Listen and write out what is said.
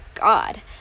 God